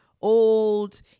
old